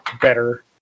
better